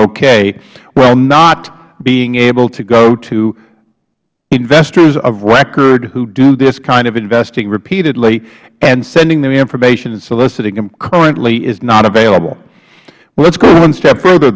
okay while not being able to go to investors of record who do this kind of investing repeatedly and sending them information soliciting them currently is not available let us go one step further